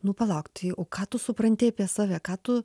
nu plauk tai o ką tu supranti apie save ką tu